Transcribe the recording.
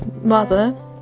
Mother